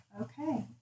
okay